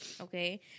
okay